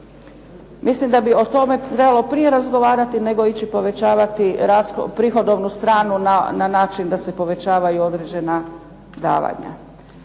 Mislim da bi o tome trebalo prije razgovarati nego ići povećavati prihodovnu stranu na način da se povećavaju određena davanja.